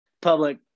public